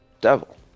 devil